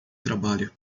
trabalha